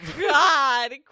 God